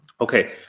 Okay